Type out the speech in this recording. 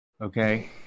Okay